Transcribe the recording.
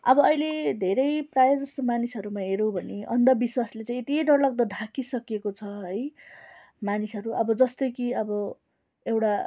अब अहिले धेरै प्रायः जस्तो मानिसहरूमा हेर्यो भने अन्धविश्वासले चाहिँ यति डरलाग्दो ढाकिसकिएको छ है मानिसहरू अब जस्तो कि अब एउटा